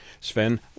Sven